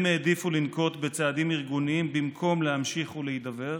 הם העדיפו לנקוט צעדים ארגוניים במקום להמשיך ולהידבר.